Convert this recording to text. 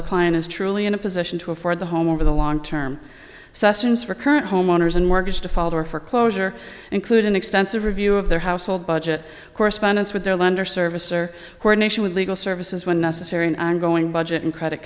a client is truly in a position to afford the home over the long term sustenance for current homeowners and mortgage default or for closure include an extensive review of their household budget correspondence with their lender service or coordination with legal services when necessary an ongoing budget and credit